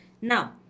Now